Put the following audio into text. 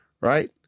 Right